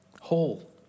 whole